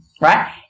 right